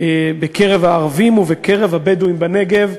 בקרב הערבים ובקרב הבדואים בנגב.